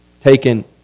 taken